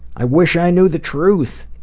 i wish i knew the truth.